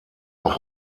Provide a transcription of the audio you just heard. noch